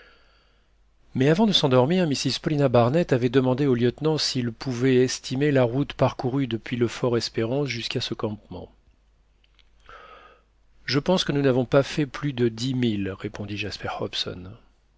mais avant de s'endormir mrs paulina barnett avait demandé au lieutenant s'il pouvait estimer la route parcourue depuis le fortespérance jusqu'à ce campement je pense que nous n'avons pas fait plus de dix milles répondit jasper hobson